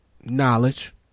knowledge